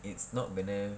it's not gonna